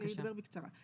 אני אדבר בקצרה.